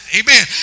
Amen